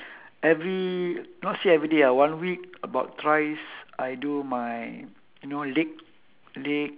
every not say everyday ah one week about thrice I do my you know leg leg